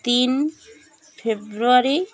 ତିନି ଫେବୃଆରୀ